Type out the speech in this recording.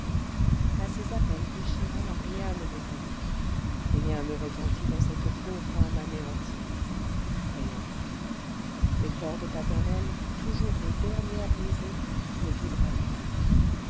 à ces appels déchirants rien ne répondit rien ne retentit dans cette pauvre âme anéantie rien les cordes paternelles toujours les dernières brisées ne vibrèrent pas